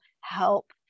help